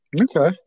Okay